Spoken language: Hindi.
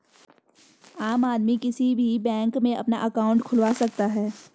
आम आदमी किसी भी बैंक में अपना अंकाउट खुलवा सकता है